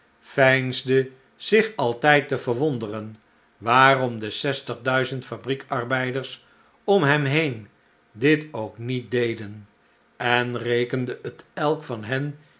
veinsde zich altijd te verwonderen waarom de zestig duizend fabriekarbeiders om hem heen dit ook niet deden en rekende het elk van hen